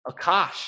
Akash